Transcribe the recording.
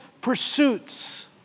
pursuits